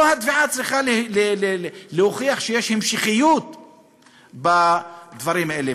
לא התביעה צריכה להוכיח שיש המשכיות בדברים האלה.